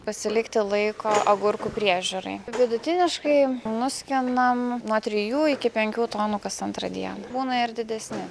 pasilikti laiko agurkų priežiūrai vidutiniškai nuskinam nuo trijų iki penkių tonų kas antrą dieną būna ir didesni